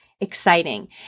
exciting